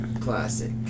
classic